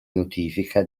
notifica